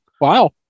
wow